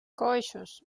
coixos